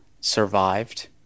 survived